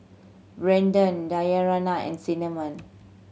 Brandon Dayanara and Cinnamon